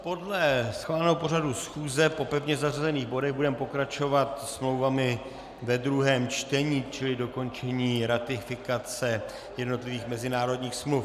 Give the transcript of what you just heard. Podle schváleného pořadu schůze po pevně zařazených bodech budeme pokračovat smlouvami ve druhém čtení, čili dokončení ratifikace jednotlivých mezinárodních smluv.